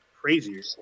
crazier